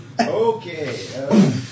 Okay